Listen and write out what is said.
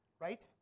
Right